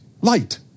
light